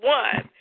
one